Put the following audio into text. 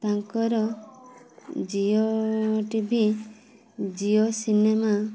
ତାଙ୍କର Jio T V Jio cinema